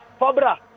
Fabra